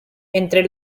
entre